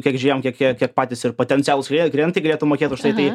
kiek žiūrėjom kiek jie kiek patys ir potencialūs klientai galėtų mokėt už tai